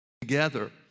together